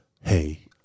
Hey